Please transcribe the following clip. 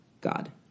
God